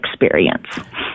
experience